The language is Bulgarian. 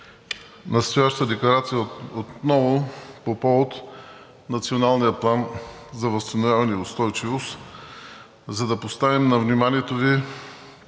настоящата декларация отново по повод Националния план за възстановяване и устойчивост, за да поставим на вниманието Ви